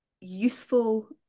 useful